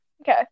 okay